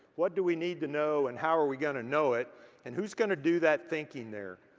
what do we need to know and how are we gonna know it and who's gonna do that thinking there?